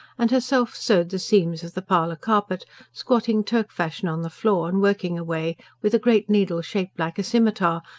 and herself sewed the seams of the parlour carpet, squatting turk-fashion on the floor, and working away, with a great needle shaped like a scimitar,